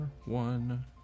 one